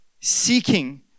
seeking